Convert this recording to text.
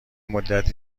مدت